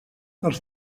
els